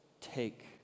take